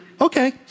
Okay